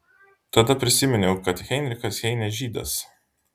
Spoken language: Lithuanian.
tada prisiminiau kad heinrichas heinė žydas